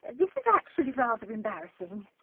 and this is actually rather embarrassing,